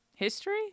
History